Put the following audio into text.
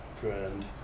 Grand